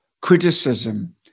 criticism